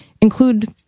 include